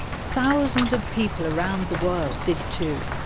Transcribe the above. thousands of people around the world did too.